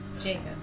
Jacob